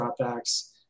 dropbacks